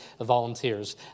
volunteers